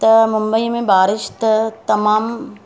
त मुंबई में बारिश त तमामु